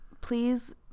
please